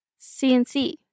CNC